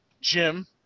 Jim